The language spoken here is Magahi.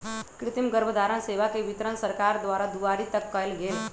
कृतिम गर्भधारण सेवा के वितरण सरकार द्वारा दुआरी तक कएल गेल